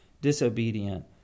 disobedient